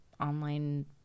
online